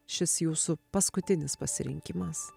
šis jūsų paskutinis pasirinkimas